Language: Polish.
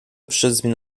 przyszedł